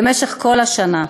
במשך כל השנה.